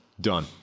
Done